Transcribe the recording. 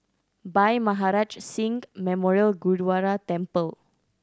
Bhai Maharaj Singh Memorial Gurdwara Temple